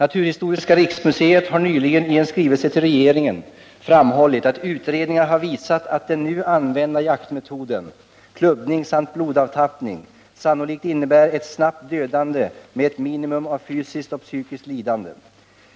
Naturhistoriska riksmuseet har nyligen i en skrivelse till regeringen framhållit att utredningar har visat att den nu använda jaktmetoden — klubbning samt blodavtappning — sannolikt innebär ett snabbt dödande med ett minimum av fysiskt och psykiskt lidande.